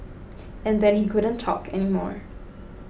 and then he couldn't talk anymore